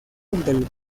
del